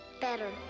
better